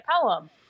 poem